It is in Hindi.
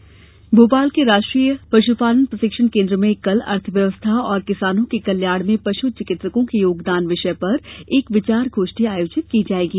सम्मेलन भोपाल के राष्ट्रीय पशुपालन प्रशिक्षण केन्द्र में कल राष्ट्रीय अर्थव्यवस्था और किसानों के कल्याण में पश् चिकित्सको के योगदान विषय पर एक विचार गोष्ठी आयोजित की जायेगी